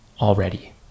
already